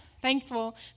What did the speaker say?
Thankful